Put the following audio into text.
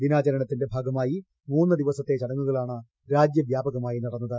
ദിനാചരണത്തിന്റെ ഭാഗമായി മൂന്ന് ദിവസത്തെ ചടങ്ങുകളാണ് രാജ്യവ്യാപകമായി നടന്നത്